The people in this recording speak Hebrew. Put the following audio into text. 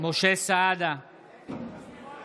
נגד גדעון סער, אינו נוכח מנסור